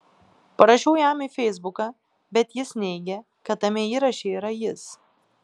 parašiau jam į feisbuką bet jis neigė kad tame įraše yra jis